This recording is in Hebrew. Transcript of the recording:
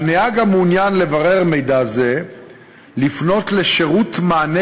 על נהג המעוניין לברר מידע זה לפנות לשירות מענה